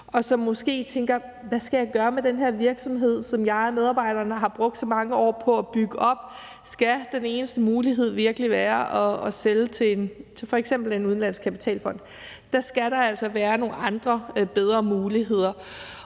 og som måske tænker, hvad de skal gøre med den her virksomhed, som de og medarbejderne har brugt så mange år på at bygge op. Skal den eneste mulighed virkelig være at sælge til f.eks. en udenlandsk kapitalfond? Der skal der altså være nogle andre og bedre muligheder.